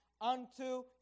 unto